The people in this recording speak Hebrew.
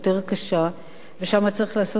שם צריך לעשות עוד הרבה יותר עבודה,